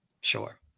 Sure